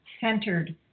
centered